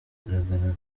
bigaragaza